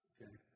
Okay